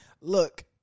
look